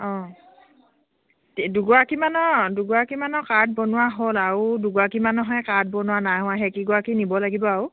অঁ দুগৰাকীমানৰ দুগৰাকীমানৰ কাৰ্ড বনোৱা হ'ল আৰু দুগৰাকীমানৰহে কাৰ্ড বনোৱা নাই হোৱা সেইকেইগৰাকী নিব লাগিব আৰু